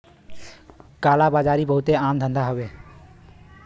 काला बाजारी बहुते आम धंधा हउवे